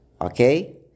Okay